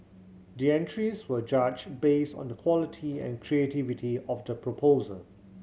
the entries were judged based on the quality and creativity of the proposal